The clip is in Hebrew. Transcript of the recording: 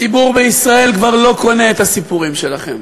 הציבור בישראל כבר לא קונה את הסיפורים שלכם.